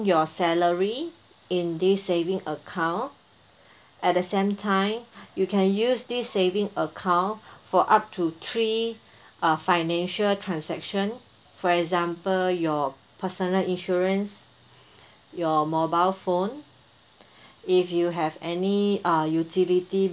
your salary in this saving account at the same time you can use this saving account for up to three uh financial transaction for example your personal insurance your mobile phone if you have any uh utility